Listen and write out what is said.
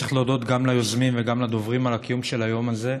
וצריך להודות גם ליוזמים וגם לדוברים על הקיום של היום הזה.